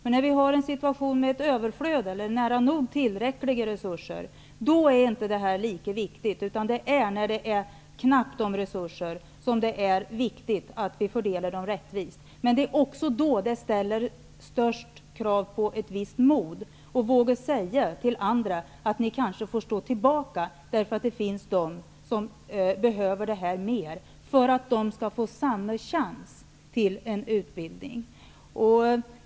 I en situation med överflöd eller med nära nog tillräckliga resurser är detta inte lika viktigt. Det är när resurserna är knappa som det är viktigt att vi fördelar dem rättvist. Men det är också då som de största kraven ställs på ett visst mod att våga säga till andra att de kanske måste stå tillbaka, eftersom det finns elever som behöver resurserna mer, för att dessa elever skall få samma chans till en utbildning.